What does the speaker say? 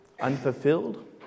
Unfulfilled